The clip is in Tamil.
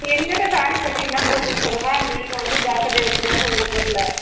என் கிட்ட சாரி சொல்லி என்ன பிரயோஜனம் சொல்லுங்கள் நீங்கள் வந்து ஜாக்கிரதையாக வச்சுக்கணும் உங்கள் பொருளை